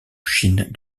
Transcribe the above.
chine